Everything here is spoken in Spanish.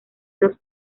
dos